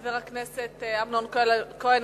חבר הכנסת אמנון כהן,